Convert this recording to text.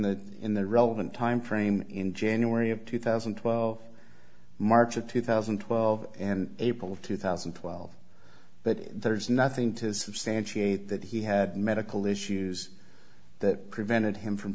the in the relevant timeframe in january of two thousand and twelve march of two thousand and twelve and april of two thousand and twelve but there is nothing to substantiate that he had medical issues that prevented him from